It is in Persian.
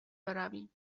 برویم